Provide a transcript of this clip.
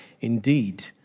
indeed